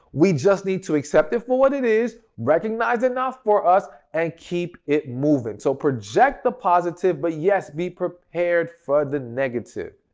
we just need to accept it for what it is, recognize enough for us and keep it moving so, project the positive, but yes, be prepared for the negative.